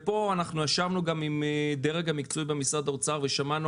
פה אנחנו ישבנו גם עם הדרג המקצועי במשרד האוצר ושמענו